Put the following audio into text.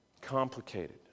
complicated